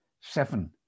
Seven